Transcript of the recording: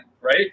right